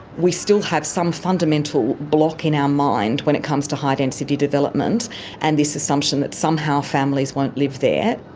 we still have some fundamental block in our mind when it comes to high density development and this assumption that somehow families won't live there.